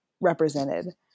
represented